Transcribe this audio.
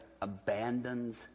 abandons